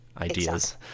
ideas